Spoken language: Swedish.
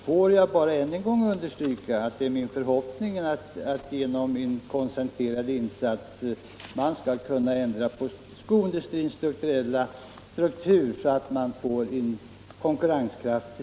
Får jag bara än en gång understryka att det är min förhoppning att man genom en koncentrerad insats skall kunna ändra på skoindustrins struktur så att denna industri blir konkurrenskraftig.